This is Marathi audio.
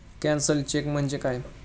कॅन्सल्ड चेक म्हणजे काय?